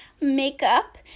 Makeup